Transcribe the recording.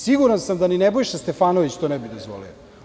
Siguran sam da to ni Nebojša Stefanović ne bi dozvolio.